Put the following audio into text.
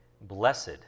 Blessed